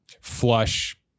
flush